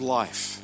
life